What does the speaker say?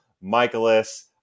Michaelis